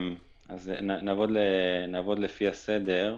נעבוד לפי הסדר.